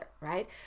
right